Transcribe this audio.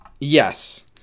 Yes